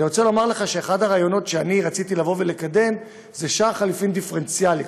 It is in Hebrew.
אני רוצה לומר לך שאחד הרעיונות שרציתי לקדם זה שער חליפין דיפרנציאלי,